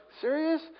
serious